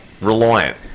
reliant